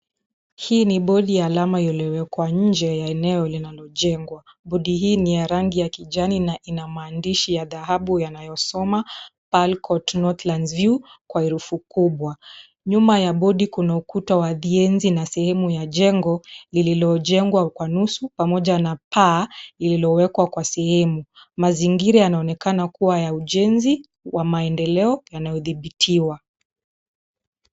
Hii ni bodi ya alama iliyowekwa nje ya eneo linalojengwa. Bodi hii ni ya rangi ya kijani na ina maandishi ya dhahabu yanayosoma Pearl Court Northlands view kwa herufi kubwa. Nyuma ya bodi kuna ukuta wa ujenzi na sehemu ya jengo lililojengwa kwa nusu pamoja na paa lililowekwa kwa sehemu. Mazingira yanaonekana kuwa ya ujenzi wa maendeleo yanayodhibitiwa.